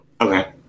Okay